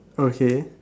okay